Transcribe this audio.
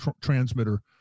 transmitter